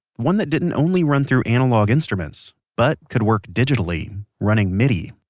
one that didn't only run through analogue instruments, but could work digitally, running midi